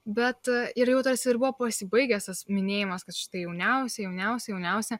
bet ir jau tas ir buvo pasibaigęs tas minėjimas kad štai jauniausia jauniausia jauniausia